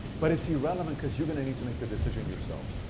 but it's irrelevant because you're going to need to make the decision yourself.